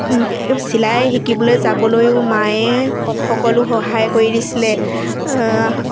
চিলাই শিকিবলৈ যাবলৈয়ো মায়ে সকলো সহায় কৰি দিছিলে